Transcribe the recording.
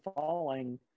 falling